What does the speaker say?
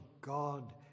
God